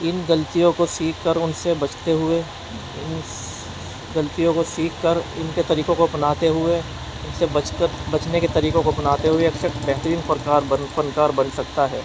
ان غلطیوں کو سیکھ کر ان سے بچتے ہوئے ان غلطیوں کو سیکھ کر ان کے طریقوں کو اپناتے ہوئے ان سے بچ کر بچنے کے طریقوں کو اپناتے ہوئے اکثر بہترین فنکار بن فنکار بن سکتا ہے